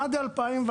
עד שנת 2011,